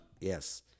yes